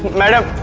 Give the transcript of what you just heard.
madam.